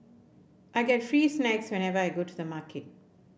I get free snacks whenever I go to the supermarket